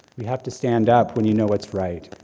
we have to stand up when you know what's right.